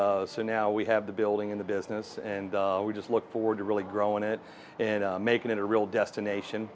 so now we have the building in the business and we just look forward to really growing it and making it a real destination